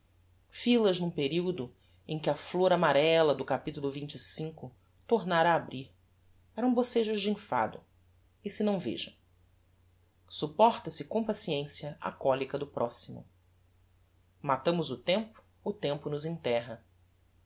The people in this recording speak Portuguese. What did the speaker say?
fil as n'um periodo em que a flor amarella do capitulo xxv tornára a abrir eram bocejos de enfado e se não vejam supporta se com paciência a colica do proximo matamos o tempo o tempo nos enterra